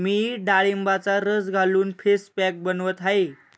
मी डाळिंबाचा रस घालून फेस पॅक बनवत आहे